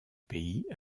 pays